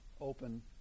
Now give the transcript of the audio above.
open